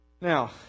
Now